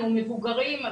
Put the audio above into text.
מבוגרים,